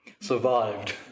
survived